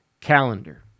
calendar